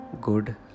good